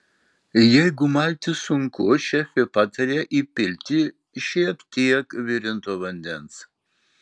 jeigu malti sunku šefė pataria įpilti šie tiek virinto vandens